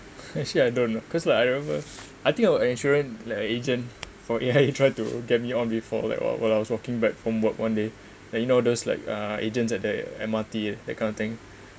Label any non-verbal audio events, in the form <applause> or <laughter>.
actually I don't know cause like I remember I think our insurance like agent for it <noise> he tried to get me on before like what while I was walking back from work one day like you know those like err agents at the M_R_T that kind of thing